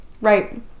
Right